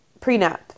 Prenup